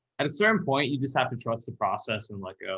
at a certain point, you just have to trust the process and like,